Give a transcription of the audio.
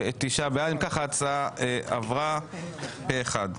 הצבעה אושר אושר פה אחד.